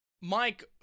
Mike